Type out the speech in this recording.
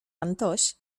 antoś